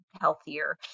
healthier